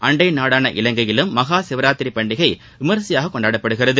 அண்டை நாடான இலங்கையிலும் மஹா சிவராத்திரி பண்டிகை விமரிசையாக கொண்டாடப்படுகிறது